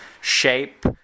shape